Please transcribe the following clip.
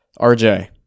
RJ